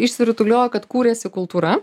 išsirutuliojo kad kūrėsi kultūra